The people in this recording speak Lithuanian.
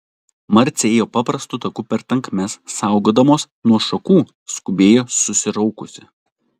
marcė ėjo paprastu taku per tankmes saugodamos nuo šakų skubėjo susiraukusi